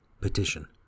Petition